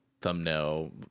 thumbnail